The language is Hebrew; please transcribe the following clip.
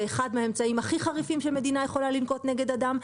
זה אחד מהאמצעים הכי חריפים שהמדינה יכולה לנקוט נגד אדם.